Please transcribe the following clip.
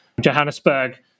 Johannesburg